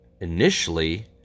initially